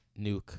Nuke